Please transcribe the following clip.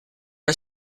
are